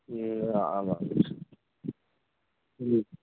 एवमेव आमाम्